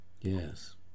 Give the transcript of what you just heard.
Yes